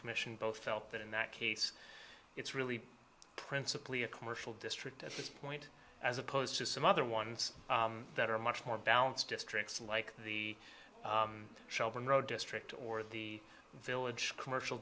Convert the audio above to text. commission both felt that in that case it's really principally a commercial district at this point as opposed to some other ones that are much more balanced districts like the shelbourne road district or the village commercial